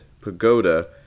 Pagoda